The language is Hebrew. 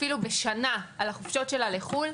אפילו בשנה על החופשות שלה לחו"ל.